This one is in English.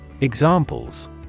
Examples